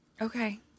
Okay